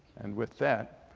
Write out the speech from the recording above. and with that,